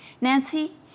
Nancy